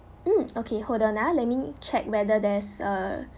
mm okay hold on ah let me check whether there's a